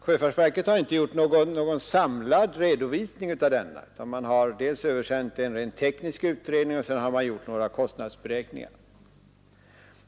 Sjöfartsverket har inte gjort någon samlad redovisning av denna utan har dels översänt den rent tekniska utredningen, dels gjort några kostnadsberäkningar.